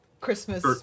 Christmas